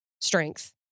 strength